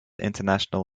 international